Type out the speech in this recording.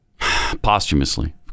Posthumously